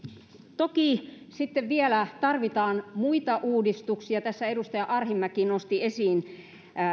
toki sitten vielä tarvitaan muita uudistuksia tässä edustaja arhinmäki nosti esiin